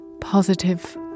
positive